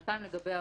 שנתיים לגבי עוון,